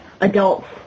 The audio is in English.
adults